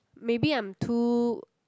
maybe I'm too